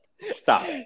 Stop